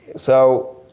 so,